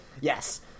Yes